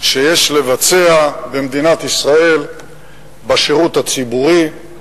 שיש לבצע בשירות הציבורי במדינת ישראל.